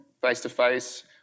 face-to-face